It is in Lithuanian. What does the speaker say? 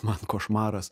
man košmaras